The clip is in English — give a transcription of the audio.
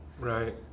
Right